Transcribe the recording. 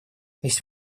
есть